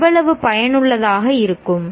எவ்வளவு பயனுள்ளதாக இருக்கும்